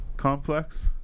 Complex